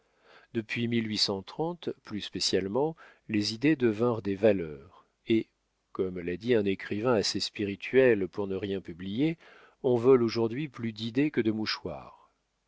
depuis plus spécialement les idées devinrent des valeurs et comme l'a dit un écrivain assez spirituel pour ne rien publier on vole aujourd'hui plus d'idées que de mouchoirs